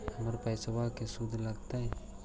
हमर पैसाबा के शुद्ध लगतै?